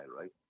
right